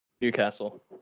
Newcastle